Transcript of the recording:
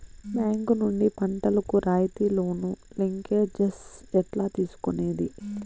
Bank నుండి పంటలు కు రాయితీ లోను, లింకేజస్ ఎట్లా తీసుకొనేది?